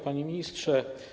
Panie Ministrze!